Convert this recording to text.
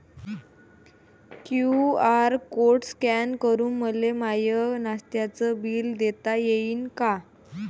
QR code scan करून मले माय नास्त्याच बिल देता येईन का?